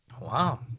Wow